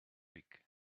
week